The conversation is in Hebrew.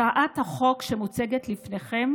הצעת החוק שמוצגת בפניכם